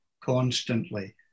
constantly